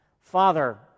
Father